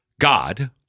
God